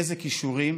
איזה כישורים,